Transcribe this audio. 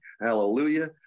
Hallelujah